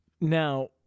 Now